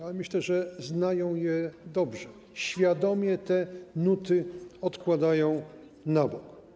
Ale myślę, że znają je dobrze, świadomie te nuty odkładają na bok.